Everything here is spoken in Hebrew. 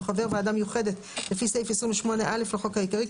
או חבר ועדה מיוחדת לפי סעיף 28א לחוק העיקרי,